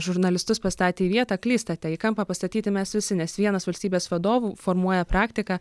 žurnalistus pastatė į vietą klystate į kampą pastatyti mes visi nes vienas valstybės vadovų formuoja praktiką